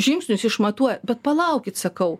žingsnius išmatuo bet palaukit sakau